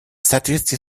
соответствии